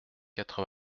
quatre